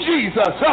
Jesus